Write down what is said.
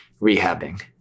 rehabbing